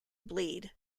bleed